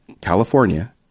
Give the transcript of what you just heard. California